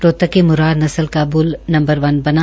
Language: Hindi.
रोहतक के मुर्राह नस्ल का बुल नंबर वन बना